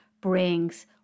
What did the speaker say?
brings